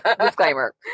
disclaimer